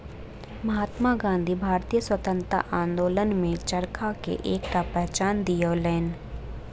महात्मा गाँधी भारतीय स्वतंत्रता आंदोलन में चरखा के एकटा पहचान दियौलैन